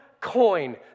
coin